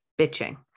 bitching